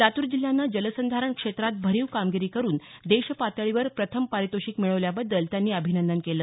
लातूर जिल्ह्यानं जलसंधारण क्षेत्रात भरीव कामगिरी करून देशपातळीवर प्रथम पारितोषिक मिळवल्याबद्दल त्यांनी अभिनंदन केलं